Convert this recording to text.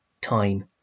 time